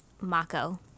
Mako